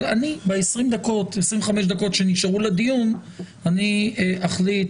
אבל ב-25 דקות שנשארו לדיון אני אחליט